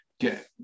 get